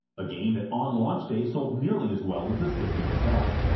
a game that on launch day sold nearly as well as the system itself.